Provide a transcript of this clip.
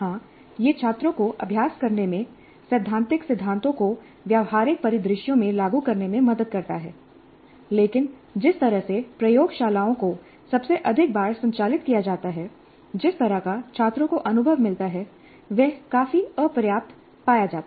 हां यह छात्रों को अभ्यास करने में सैद्धांतिक सिद्धांतों को व्यावहारिक परिदृश्यों में लागू करने में मदद करता है लेकिन जिस तरह से प्रयोगशालाओं को सबसे अधिक बार संचालित किया जाता है जिस तरह का छात्रों को अनुभव मिलता है वह काफी अपर्याप्त पाया जाता है